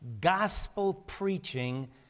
gospel-preaching